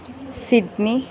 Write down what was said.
Sydney